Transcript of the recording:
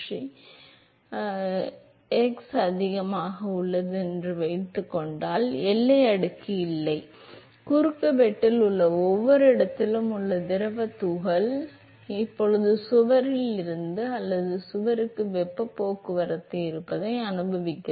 எனவே நான் முழுமையாக வளர்ந்த இடத்தை விட x அதிகமாக உள்ளது என்று வைத்துக் கொண்டால் எல்லை அடுக்கு இல்லை ஏனெனில் குறுக்குவெட்டில் உள்ள ஒவ்வொரு இடத்திலும் உள்ள திரவத் துகள் இப்போது சுவரில் இருந்து அல்லது சுவருக்கு வெப்பப் போக்குவரத்து இருப்பதை அனுபவிக்கிறது